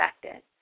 affected